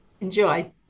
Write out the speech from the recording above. Enjoy